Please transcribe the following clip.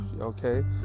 okay